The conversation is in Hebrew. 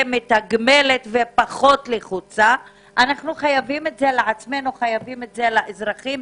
אנחנו חייבים את זה לעצמנו וגם לאזרחים.